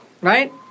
right